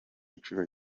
nshuro